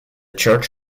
church